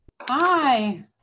Hi